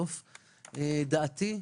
דעתי,